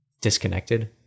disconnected